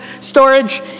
storage